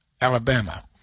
Alabama